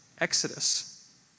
exodus